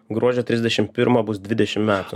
gruodžio trisdešim pirmą bus dvidešim metų